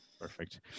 Perfect